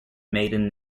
maiden